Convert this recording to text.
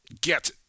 get